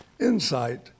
insight